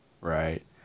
Right